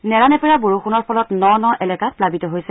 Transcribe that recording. নেৰা নেপেৰা বৰযুণৰ ফলত ন ন এলেকা প্লাৱিত হৈছে